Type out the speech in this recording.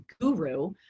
guru